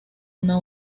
una